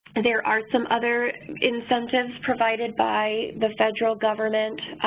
there are some other incentives provided by the federal government,